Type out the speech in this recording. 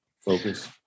focus